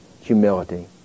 humility